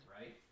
right